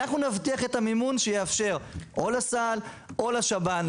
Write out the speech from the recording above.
אנחנו נבטיח את המימון שיאפשר או לסל או לשב"ן.